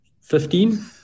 Fifteen